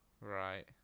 Right